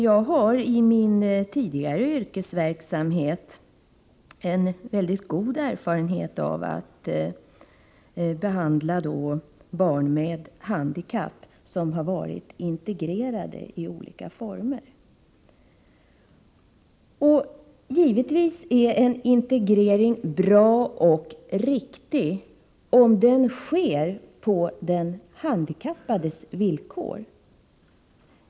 Jag har i min tidigare yrkesverksamhet en väldigt god erfarenhet av att behandla handikappade barn som varit integrerade i olika former. Givetvis är en integrering bra och riktig — om den sker på den handikappades villkor.